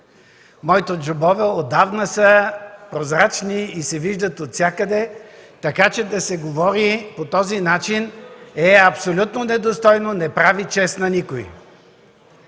Моите джобове отдавна са прозрачни и се виждат отвсякъде, така че да се говори по този начин е абсолютно недостойно, не прави чест на никой.